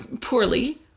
poorly